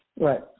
Right